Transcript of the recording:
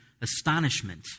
astonishment